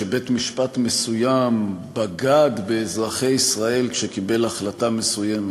שבית-משפט מסוים בגד באזרחי ישראל כשקיבל החלטה מסוימת,